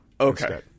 Okay